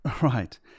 Right